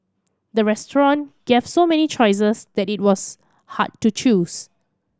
the restaurant gave so many choices that it was hard to choose